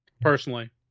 personally